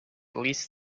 least